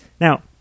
Now